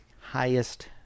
highest